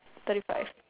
thirty five